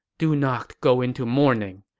do not go into mourning.